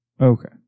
Okay